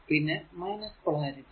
പിന്നെ പൊളാരിറ്റി